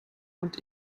und